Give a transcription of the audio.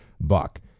Buck